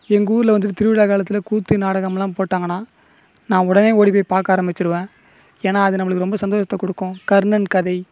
எங்கள் ஊரில் வந்து திருவிழா காலத்தில் கூத்து நாடகமெலாம் போட்டாங்கன்னா நான் உடனே ஓடி போய் பார்க்க ஆரமிச்சிருவன் ஏன்னால் அது நம்மளுக்கு ரொம்ப சந்தோசத்தை கொடுக்கும் கர்ணன் கதை